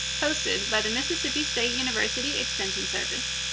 hosted by the mississippi state university extension service,